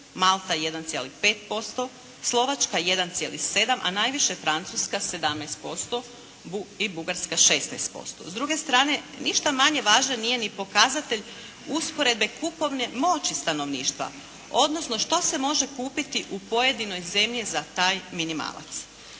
Malta 1,5%, Slovačka 1,7, a najviše Francuska 17% i Bugarska 16%. S druge strane, ništa manje važan nije ni pokazatelj usporedbe kupovne moći stanovništva, odnosno što se može kupiti u pojedinoj zemlji za taj minimalac.